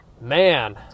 man